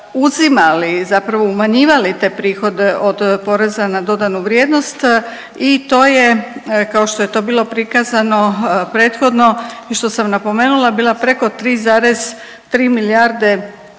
uzimali zapravo umanjivali te prihode od porezana na dodanu vrijednost i to je kao što je to bilo prikazano prethodno i što sam napomenula bila preko 3,3 milijarde